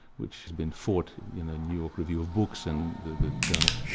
which has been fought in the new york review of books and the the journals.